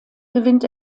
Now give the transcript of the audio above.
gewinnt